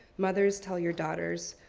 mothers tell your daughters,